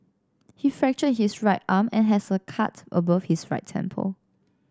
he fractured his right arm and has a cut above his right temple